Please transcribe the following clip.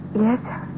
Yes